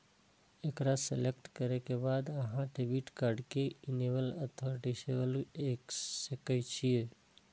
एकरा सेलेक्ट करै के बाद अहां डेबिट कार्ड कें इनेबल अथवा डिसेबल कए सकै छी